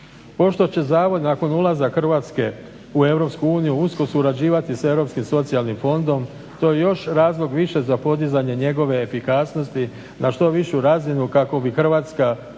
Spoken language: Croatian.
Pošto će zavod nakon ulaza Hrvatske u Europsku uniju usko surađivati sa europskim socijalnim fondom to je još razlog više za podizanje njegove efikasnosti na što višu razinu kako bi Hrvatska što